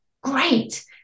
Great